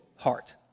Heart